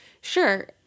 sure